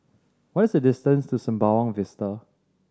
what is the distance to Sembawang Vista